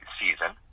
season